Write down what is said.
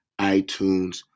iTunes